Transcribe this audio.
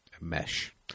Mesh